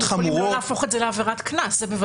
חמורות -- אנחנו יכולים לא להפוך את זה לעבירת קנס --- לא,